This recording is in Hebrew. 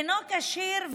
אינו כשיר.